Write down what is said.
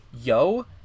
yo